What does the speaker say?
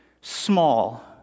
small